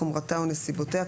חומרתה או נסיבותיה".